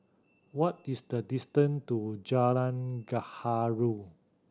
what is the distance to Jalan Gaharu